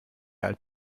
alt